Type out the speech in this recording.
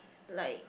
like